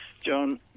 John